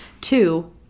Two